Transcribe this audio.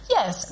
Yes